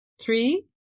Three